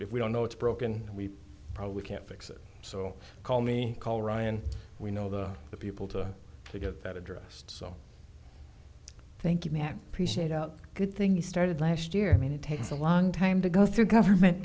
if we don't know it's broken we probably can't fix it so call me call ryan we know the people to get that address so thank you ma'am appreciate out good things started last year i mean it takes a long time to go through government